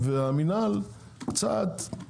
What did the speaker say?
והמינהל צד,